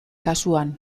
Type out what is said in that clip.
kasuan